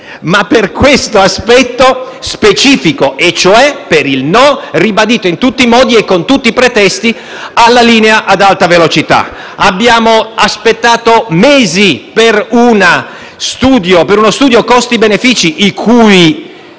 ma per questo aspetto specifico, ossia il suo no, ribadito in tutti i modi e con tutti i pretesti, alla linea ad alta velocità. Abbiamo aspettato mesi per uno studio costi-benefici, i cui